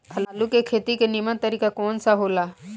आलू के खेती के नीमन तरीका कवन सा हो ला?